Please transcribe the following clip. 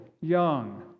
young